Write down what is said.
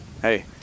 hey